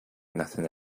nothing